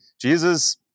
Jesus